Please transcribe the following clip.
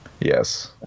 Yes